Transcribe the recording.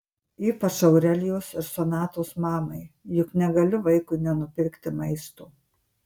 ypač aurelijos ir sonatos mamai juk negali vaikui nenupirkti maisto